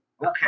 okay